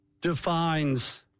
defines